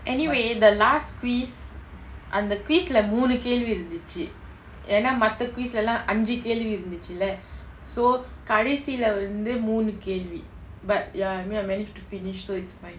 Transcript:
anyway the last quiz அந்த:antha quiz lah மூனு கேள்வி இருந்துச்சு ஏனா மத்த:moonu kelvi irunthuchuna yena matha quiz லலா அஞ்சு கேள்வி இருந்துசுல:lalaa anju kelvi irunthuchula so கடைசில வந்து மூனு கேள்வி:kadaisila vanthu moonu kelvi but ya I mean I managed to finish so it's fine